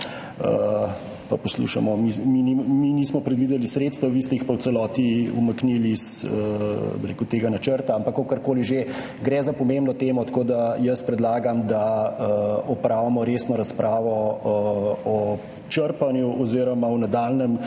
pa poslušamo, da mi nismo predvideli sredstev – vi ste jih pa v celoti umaknili iz tega načrta. Ampak kakorkoli že, gre za pomembno temo. Predlagam, da opravimo resno razpravo o črpanju oziroma o nadaljnjem